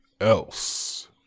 else